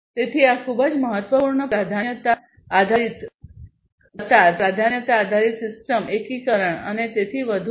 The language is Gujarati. તેથી આ ખૂબ જ મહત્વપૂર્ણ પ્રાધાન્યતા આધારિત પ્રાધાન્યતા આધારિત કતાર પ્રાધાન્યતા આધારિત સિસ્ટમ એકીકરણ અને તેથી વધુ છે